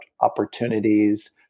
opportunities